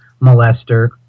molester